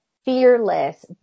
fearless